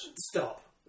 Stop